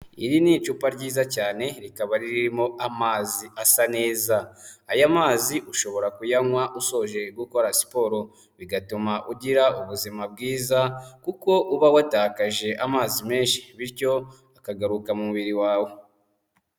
Iri ni icupa ryiza cyane rikaba ririmo amazi asa neza, aya mazi ushobora kuyanywa ushoje gukora siporo bigatuma ugira ubuzima bwiza kuko uba watakaje amazi menshi, bityo akagaruka mu mubiri wawe.